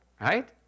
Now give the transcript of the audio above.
Right